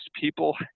people